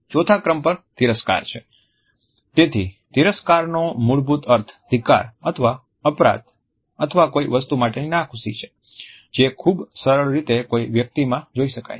ચોથા ક્રમ પર તિરસ્કાર છે તેથી તિરસ્કારનો મૂળભૂત અર્થ ધિક્કાર અથવા અપરાધ અથવા કોઈ વસ્તુ માટેની નાખુશી જે ખૂબ સરળ રીતે કોઈ વ્યક્તિમાં જોઈ શકાય છે